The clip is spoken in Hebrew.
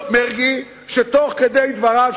שתוך כדי דבריו,